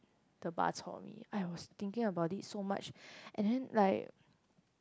the bus on I was thinking about it so much and then like